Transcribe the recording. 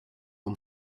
him